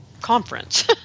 conference